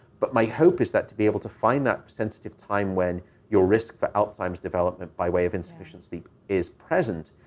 but my hope is that to be able to find that sensitive time when your risk for alzheimer's development by way of insufficient sleep is present.